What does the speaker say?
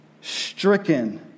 stricken